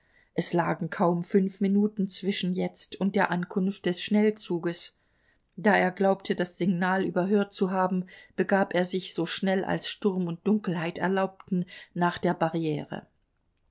es lagen kaum fünf minuten zwischen jetzt und der ankunft des schnellzuges da er glaubte das signal überhört zu haben begab er sich so schnell als sturm und dunkelheit erlaubten nach der barriere